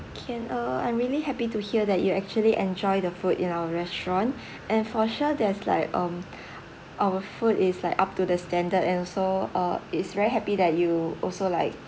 can uh I'm really happy to hear that you actually enjoyed the food in our restaurant and for sure there's like um our food is like up to the standard and also uh it's very happy that you also like